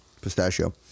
pistachio